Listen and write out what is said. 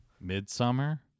midsummer